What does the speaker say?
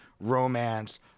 romance